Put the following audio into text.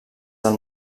del